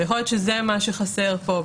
יכול להיות שזה מה שחסר פה.